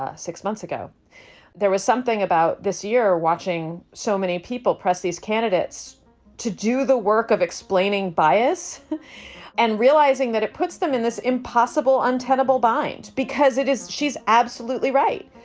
ah six months ago there was something about this year watching so many people press these candidates to do the work of explaining bias and realizing that it puts them in this impossible, untenable bind because it is. she's absolutely right.